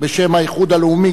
בשם האיחוד לאומי.